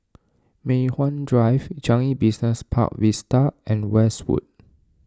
Mei Hwan Drive Changi Business Park Vista and Westwood